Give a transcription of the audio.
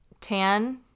tan